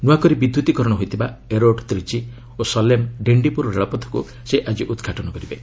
ନ୍ତଆକରି ବିଦ୍ୟୁତିକରଣ ହୋଇଥିବା ଏରୋଡ୍ ତ୍ରିଚି ଓ ସଲେମ୍ ଡିଷ୍ଟିପୁର ରେଳପଥକୁ ସେ ଆଜି ଉଦ୍ଘାଟନ କରିବେ